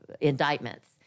indictments